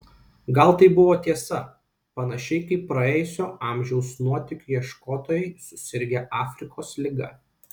gal tai buvo tiesa panašiai kaip praėjusio amžiaus nuotykių ieškotojai susirgę afrikos liga